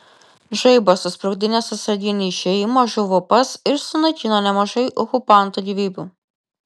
žaibas susprogdinęs atsarginį išėjimą žuvo pats ir sunaikino nemažai okupantų gyvybių